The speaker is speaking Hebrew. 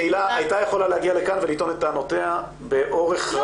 הייתה יכולה להגיע לכאן ולטעון את טענותיה באורך רב.